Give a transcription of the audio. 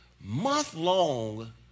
month-long